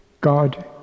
God